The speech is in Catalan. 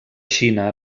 xina